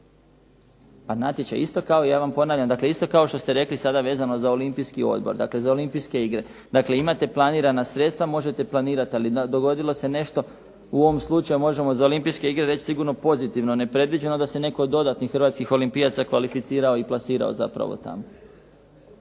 ... Natječaj isto ja vam ponavljam. Isto kao što ste rekli vezano za Olimpijski odbor, dakle za olimpijske igre. Dakle imate planirana sredstva, možete planirat ali dogodilo se nešto, u ovom slučaju možemo za Olimpijske igre reći sigurno pozitivno. Nepredviđeno je da se netko od dodatnih hrvatskih olimpijaca kvalificirao i plasirao zapravo tamo.